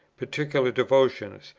particular devotions,